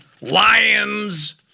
lions